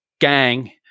gang